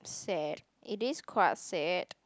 sad it is quite sad